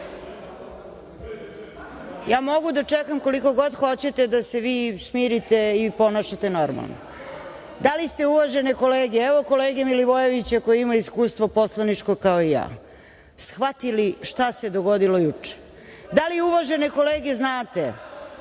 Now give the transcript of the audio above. Ja mogu da čekam koliko god hoćete, da se vi smirite i ponašate normalno. Da li ste uvažene kolege, evo kolege Milivojević koji ima poslaničko iskustvo, kao ja, shvatili šta se dogodilo juče. Da li uvažene kolege znate